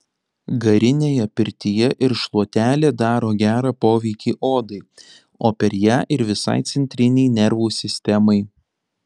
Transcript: garinėje pirtyje ir šluotelė daro gerą poveikį odai o per ją ir visai centrinei nervų sistemai